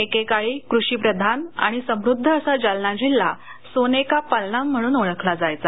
एकेकाळी कृषिप्रधान आणि समृद्ध असा जालना जिल्हा सोनेका पालना म्हणून ओळखला जायचा